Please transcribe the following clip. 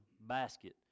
basket